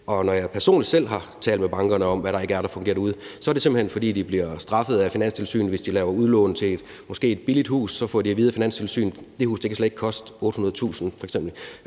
når jeg personligt selv har talt med bankerne om, hvad der ikke fungerer derude, hører jeg, at det simpelt hen er, fordi de bliver straffet af Finanstilsynet; hvis de laver udlån til måske et billigt hus, får de f.eks. at vide af Finanstilsynet: Det hus kan slet ikke koste 800.000 kr.